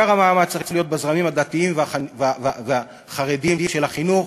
עיקר המאמץ צריך להיות בזרמים הדתיים והחרדיים של מערכת החינוך,